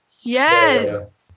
Yes